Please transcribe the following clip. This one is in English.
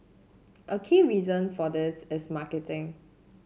a key reason for this is marketing